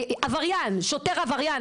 עבריין, שוטר עבריין.